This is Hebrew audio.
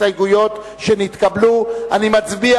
הסתייגויות, כל אחת נפרדת, אלא אם כן תתקבל